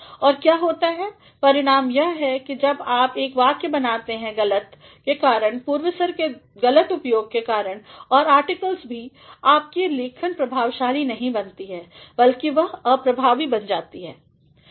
और क्या होता है परिणाम यह है कि जब आप एक वाक्य बनाते हैं गलत के कारण पूर्वस्तर के गलत उपयोग के कारण और आर्टिकल्सभी आपकी लेखन प्रभावशाली नहीं बनती है बल्कि वह अप्रभावी बन जाती है